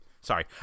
sorry